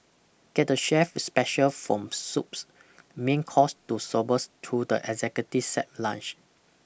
get the chef's special from soups main course to sorbets through the executive set lunch